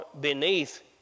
beneath